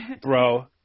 Bro